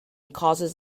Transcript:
causes